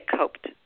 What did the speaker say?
coped